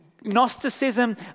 Gnosticism